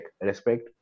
respect